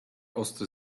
ostry